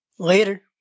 later